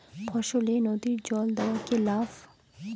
ফসলে নদীর জল দেওয়া কি ভাল?